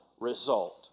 result